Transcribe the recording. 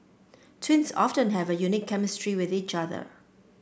twins often have a unique chemistry with each other